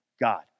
God